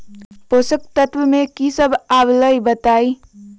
पोषक तत्व म की सब आबलई बताई?